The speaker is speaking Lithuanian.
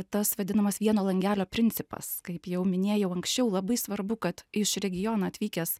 tas vadinamas vieno langelio principas kaip jau minėjau anksčiau labai svarbu kad iš regiono atvykęs